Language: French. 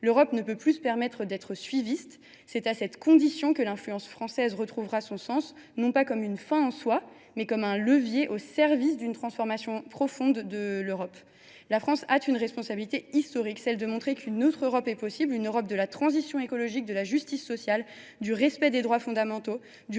L’Europe ne peut plus se permettre d’être suiviste. C’est à cette condition que l’influence française retrouvera son sens, non pas comme une fin en soi, mais comme un levier au service d’une transformation profonde de l’Europe. La France a une responsabilité historique, celle de montrer qu’une autre Europe est possible : une Europe de la transition écologique, de la justice sociale, du respect des droits fondamentaux,